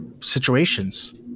situations